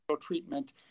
treatment